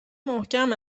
محکم